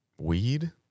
Weed